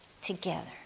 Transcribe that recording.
together